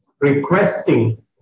requesting